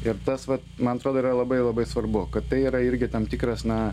ir tas vat man atrodo yra labai labai svarbu kad tai yra irgi tam tikras na